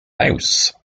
mouse